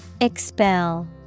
Expel